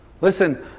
Listen